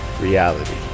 reality